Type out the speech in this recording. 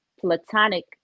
platonic